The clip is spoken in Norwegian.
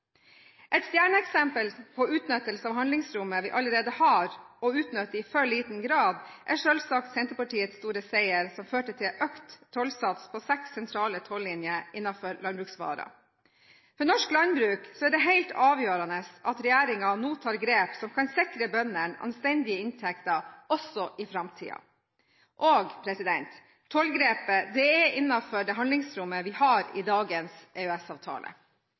Et stjerneeksempel på utnyttelse av handlingsrommet vi allerede har – og i for liten grad utnytter – er selvsagt Senterpartiets store seier, den som førte til økt tollsats på seks sentrale tollinjer innenfor landbruksvarer. For norsk landbruk er det helt avgjørende at regjeringen nå tar grep som kan sikre bøndene anstendige inntekter også i framtiden. Og tollgrepet er innenfor det handlingsrommet vi har i dagens